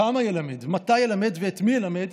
כמה ילמד, מתי ילמד ואת מי ילמד,